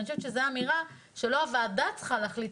ואני חושבת שזו אמירה שלא הוועדה צריכה להחליט